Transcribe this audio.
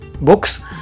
books